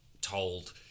told